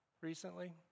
recently